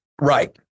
right